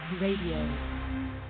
Radio